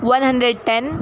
one hundred ten